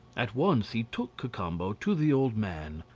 at once he took cacambo to the old man.